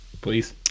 please